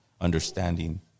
understanding